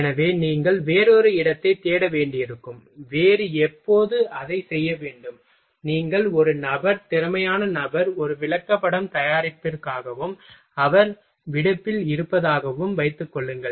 எனவே நீங்கள் வேறொரு இடத்தைத் தேட வேண்டியிருக்கும் வேறு எப்போது அதைச் செய்ய முடியும் நீங்கள் ஒரு நபர் திறமையான நபர் ஒரு விளக்கப்படம் தயாரிப்பிற்காகவும் அவர் விடுப்பில் இருப்பதாகவும் வைத்துக் கொள்ளுங்கள்